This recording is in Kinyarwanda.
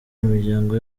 imiryango